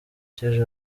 cy’ejo